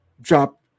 drop